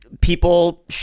people